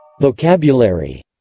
Vocabulary